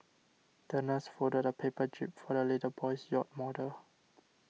the nurse folded a paper jib for the little boy's yacht model